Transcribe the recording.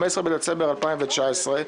15 בדצמבר 2019,